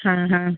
ಹಾಂ ಹಾಂ